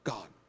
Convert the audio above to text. God